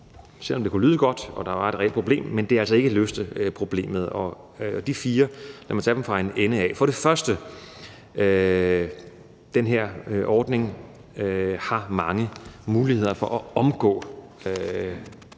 selv om det kunne lyde godt og der var et reelt problem – ikke løste problemet, og lad mig tage de fire fra en ende af. For det første er der i den her ordning mange muligheder for at omgå,